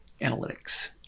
analytics